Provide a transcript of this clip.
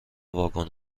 واگن